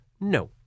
No